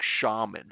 shaman